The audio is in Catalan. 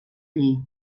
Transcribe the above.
lli